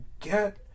get